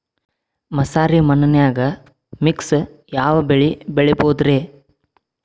ಮಸಾರಿ ಮಣ್ಣನ್ಯಾಗ ಮಿಕ್ಸ್ ಯಾವ ಬೆಳಿ ಬೆಳಿಬೊದ್ರೇ?